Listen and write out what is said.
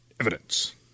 evidence